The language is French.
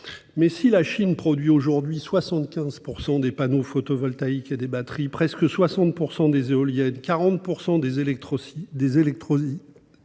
si la Chine produit aujourd'hui 75 % des panneaux photovoltaïques et des batteries, presque 60 % des éoliennes et 40 % des électrolyseurs